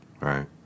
Right